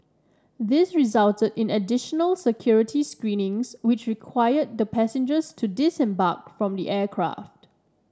this resulted in additional security screenings which required the passengers to disembark from the aircraft